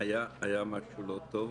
פטין מולא,